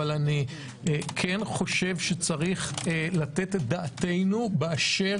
אבל אני חושב שצריך לתת את דעתנו באשר